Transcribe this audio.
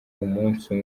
umunsi